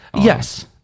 Yes